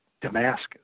Damascus